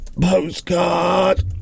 postcard